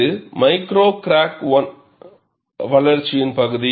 இது micro crack வளர்ச்சியின் பகுதி